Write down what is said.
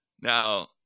Now